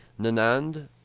Nanand